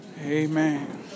Amen